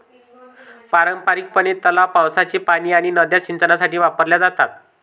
पारंपारिकपणे, तलाव, पावसाचे पाणी आणि नद्या सिंचनासाठी वापरल्या जातात